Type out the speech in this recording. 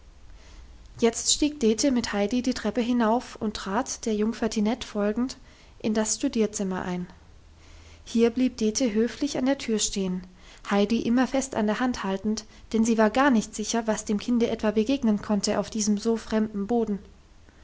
jetzt stieg dete mit heidi die treppe hinauf und trat der jungfer tinette folgend in das studierzimmer ein hier blieb dete höflich an der tür stehen heidi immer fest an der hand haltend denn sie war gar nicht sicher was dem kinde etwa begegnen konnte auf diesem so fremden boden